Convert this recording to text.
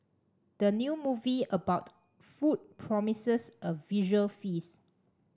the new movie about food promises a visual feast